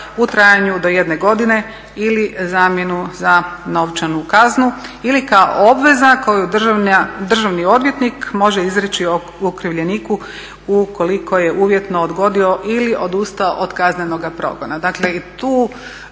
u trajanju do 1 godine ili zamjenu za novčanu kaznu ili kao obveza koju državni odvjetnik može izreći okrivljeniku ukoliko je uvjetno odgodio ili odustao od kaznenoga progona.